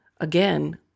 Again